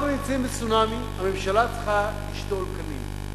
אנחנו נמצאים בצונאמי, והממשלה צריכה לשתול קנים.